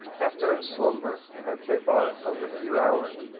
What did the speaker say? after a slumber, as they thought of a few hours,